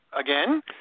again